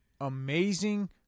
amazing